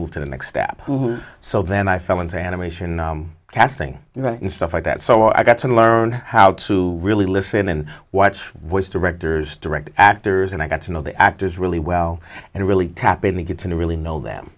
move to the next step so then i fell into animation and casting and stuff like that so i got to learn how to really listen and watch was directors direct actors and i got to know the actors really well and really tap in the get to really know them